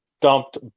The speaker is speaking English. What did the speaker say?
dumped